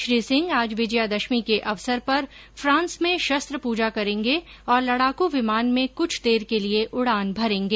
श्री सिंह आज विजय दशमी के अवसर पर फांस में शस्त्र पूजा करेंगे और लडाकू विमान में कुछ देर के लिए उडान मरेंगे